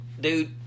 dude